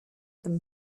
them